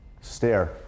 Stare